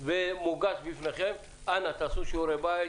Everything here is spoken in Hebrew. ומוגש בפניכם אנא תעשו שיעורי בית,